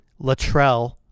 Latrell